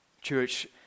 Church